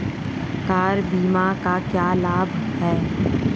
Car बीमा का क्या लाभ है?